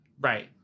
Right